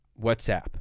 WhatsApp